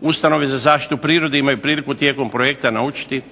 ustanovi za zaštitu prirode imaju priliku tijekom projekta naučiti